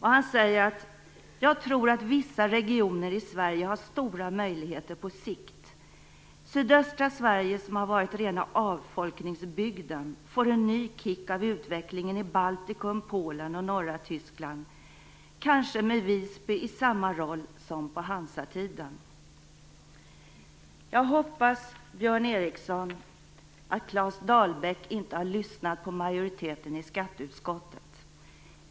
Han säger: Jag tror att vissa regioner i Sverige har stora möjligheter på sikt. Sydöstra Sverige, som har varit rena avfolkningsbygden, får en ny kick av utvecklingen i Baltikum, Polen och norra Tyskland, kanske med Visby i samma roll som på Hansatiden. Jag hoppas, Björn Ericson, att Claes Dahlbäck inte har lyssnat på majoriteten i skatteutskottet.